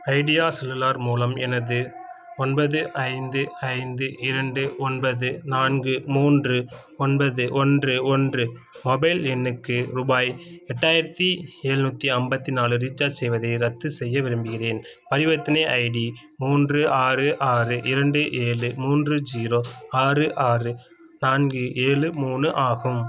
idea cellular மூலம் எனது ஒன்பது ஐந்து ஐந்து இரண்டு ஒன்பது நான்கு மூன்று ஒன்பது ஒன்று ஒன்று மொபைல் எண்ணுக்கு ரூபாய் எட்டாயிரத்தி ஏழ்நூத்தி ஐம்பத்தி நாலு ரீசார்ஜ் செய்வதை ரத்து செய்ய விரும்புகிறேன் பரிவர்த்தனை ஐடி மூன்று ஆறு ஆறு இரண்டு ஏழு மூன்று ஜீரோ ஆறு ஆறு நான்கு ஏழு மூணு ஆகும்